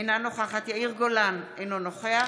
אינה נוכחת יאיר גולן, אינו נוכח